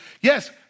yes